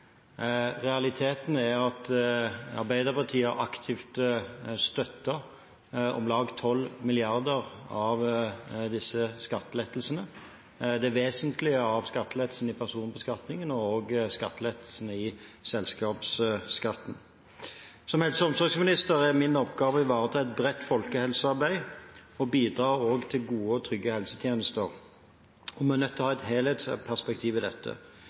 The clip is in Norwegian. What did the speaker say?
Realiteten er at Arbeiderpartiet aktivt har støttet om lag 12 mrd. kr av disse skattelettelsene, det vesentlige av skattelettelsene i personbeskatningen og også lettelsene i selskapsskatten. Som helse- og omsorgsminister er min oppgave å ivareta et bredt folkehelsearbeid og å bidra til gode og trygge helsetjenester. Vi er nødt til å ha et helhetsperspektiv i dette.